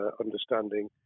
understanding